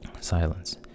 silence